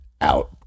out